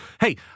Hey